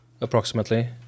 approximately